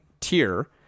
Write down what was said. tier